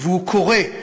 והוא קורה.